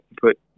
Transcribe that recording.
put